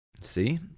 See